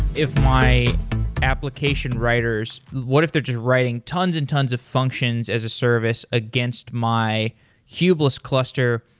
if my application writers what if they're just writing tons and tons of functions as a service against my kubeless cluster.